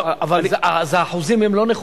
אז האחוזים הם לא נכונים.